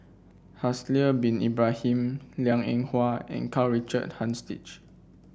Haslir Bin Ibrahim Liang Eng Hwa and Karl Richard Hanitsch